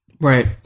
Right